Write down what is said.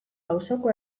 auzoko